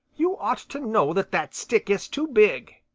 you ought to know that that stick is too big.